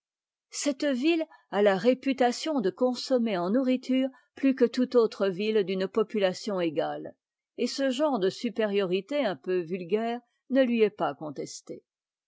cette ville a la réputation de consommer en nourriture plus que toute autre ville d'une population égale et ce genre de supériorité un peu vulgaire ne lui est pas contesté